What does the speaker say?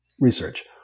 research